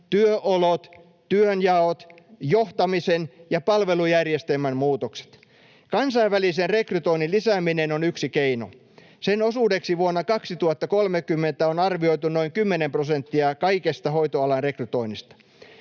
työolot, työnjaot, johtamisen ja palvelujärjestelmän muutokset. Kansainvälisen rekrytoinnin lisääminen on yksi keino. Sen osuudeksi vuonna 2030 on arvioitu noin kymmenen prosenttia kaikesta hoitoalan rekrytoinnista.